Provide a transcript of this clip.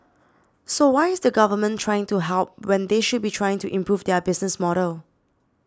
so why is the Government trying to help when they should be trying to improve their business model